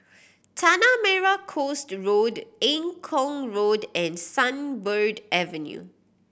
Tanah Merah Coast Road Eng Kong Road and Sunbird Avenue